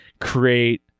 create